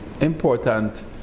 important